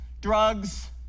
drugs